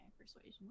persuasion